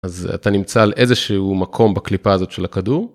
אז אתה נמצא על איזה שהוא מקום בקליפה הזאת של הכדור.